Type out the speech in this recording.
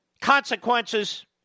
consequences